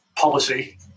policy